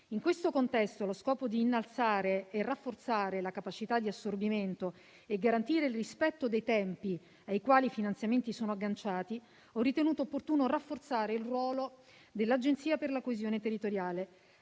In questo contesto, allo scopo di innalzare e rafforzare la capacità di assorbimento e garantire il rispetto dei tempi ai quali i finanziamenti sono agganciati, ho ritenuto opportuno rafforzare il ruolo dell'Agenzia per la coesione territoriale.